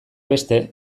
beste